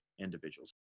individuals